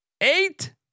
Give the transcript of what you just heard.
eight